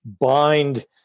bind